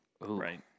Right